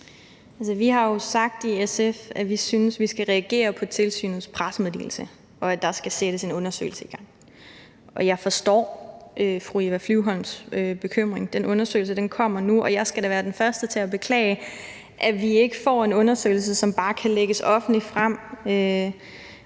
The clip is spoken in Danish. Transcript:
vi har jo i SF sagt, at vi synes, vi skal reagere på tilsynets pressemeddelelse, og at der skal sættes en undersøgelse i gang. Og jeg forstår fru Eva Flyvholms bekymring. Den undersøgelse kommer nu, og jeg skal da være den første til at beklage, at vi ikke får en undersøgelse, som bare kan lægges offentligt frem,